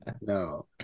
no